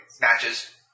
Matches